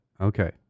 okay